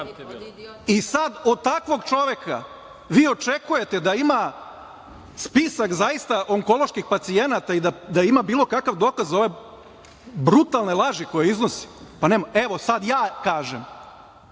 I sad od takvog čoveka vi očekujete da ima spisak zaista onkoloških pacijenata i da ima bilo kakav dokaz za ove brutalne laži koje iznosi, pa nema. Evo, sad ja kažem,